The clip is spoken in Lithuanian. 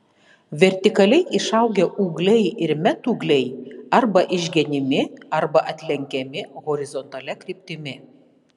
vertikaliai išaugę ūgliai ir metūgliai arba išgenimi arba atlenkiami horizontalia kryptimi